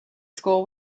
school